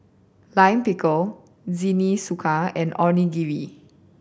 Lime Pickle Jingisukan and Onigiri